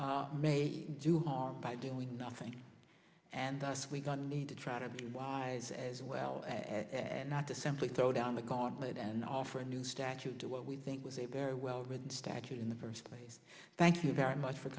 devices may do harm by doing nothing and thus we got a need to try to be wise as well and not to simply throw down the gauntlet and offer a new statute to what we think was a very well written statute in the first place thank you very much for